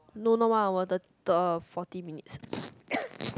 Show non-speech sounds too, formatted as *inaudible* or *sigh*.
no not one hour thir~ thir~ forty minutes *noise* *coughs*